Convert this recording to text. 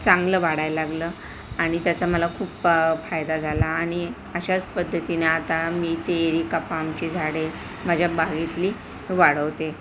चांगलं वाढायला लागलं आणि त्याचा मला खूप फायदा झाला आणि अशाच पद्धतीने आता मी ते एरिका पामची झाडे माझ्या बागेतली वाढवते